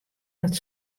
dat